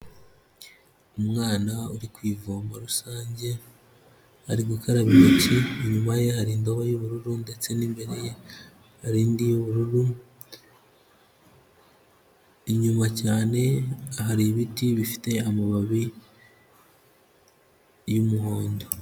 Umwana uri ku ivomo rusange, ari gukaraba intoki, inyuma ye hari indobo y'ubururu ndetse n'imbere ye hari indi y'ubururu, inyuma cyane hari ibiti bifite amababi y'umuhondo.